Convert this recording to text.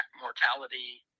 mortality